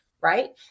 Right